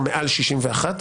עונשים ודברים כאלה,